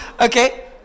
okay